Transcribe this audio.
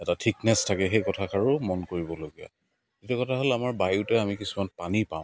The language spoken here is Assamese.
এটা থিকনেছ থাকে সেই কথাষাৰো মন কৰিবলগীয়া এতিয়া কথা হ'ল আমাৰ বায়ুতে আমি কিছুমান পানী পাওঁ